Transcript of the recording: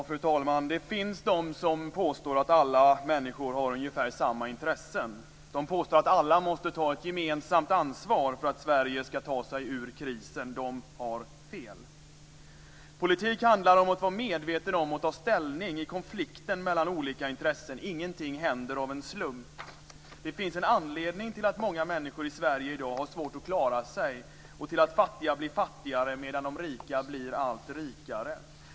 Fru talman! Det finns de som påstår att alla människor har ungefär samma intressen. De påstår att alla måste ta ett gemensamt ansvar för att Sverige skall ta sig ur krisen. De har fel. Politik handlar om att vara medveten om och ta ställning i konflikten mellan olika intressen. Inget händer av en slump. Det finns en anledning till att många människor i Sverige i dag har svårt att klara sig och till att de fattiga blir fattigare medan de rika blir allt rikare.